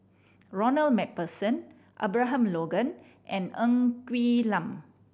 Ronald Macpherson Abraham Logan and Ng Quee Lam